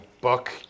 book